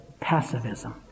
passivism